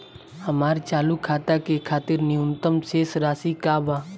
हमार चालू खाता के खातिर न्यूनतम शेष राशि का बा?